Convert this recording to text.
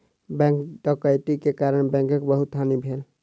bank डकैती के कारण बैंकक बहुत हानि भेल